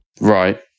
right